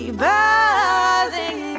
buzzing